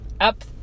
up